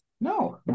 no